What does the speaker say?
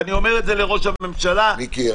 ואני אומר את זה לראש הממשלה -- מיקי,